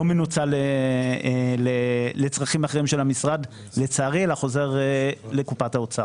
לא ינוצל לצרכים אחרים של המשרד לצערי אלא חוזר לקופת האוצר.